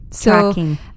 tracking